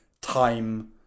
time